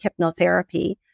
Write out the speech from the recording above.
hypnotherapy